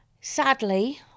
Sadly